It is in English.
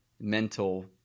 mental